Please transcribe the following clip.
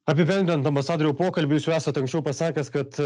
apibendrindamas adriau pokalbį jūs jau esat anksčiau pasakęs kad